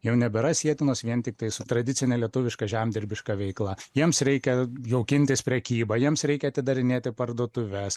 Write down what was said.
jau nebėra sietinos vien tiktai su tradicine lietuviška žemdirbiška veikla jiems reikia jaukintis prekybą jiems reikia atidarinėti parduotuves